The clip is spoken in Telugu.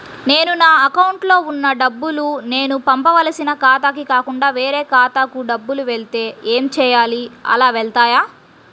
నేను నా అకౌంట్లో వున్న డబ్బులు నేను పంపవలసిన ఖాతాకి కాకుండా వేరే ఖాతాకు డబ్బులు వెళ్తే ఏంచేయాలి? అలా వెళ్తాయా?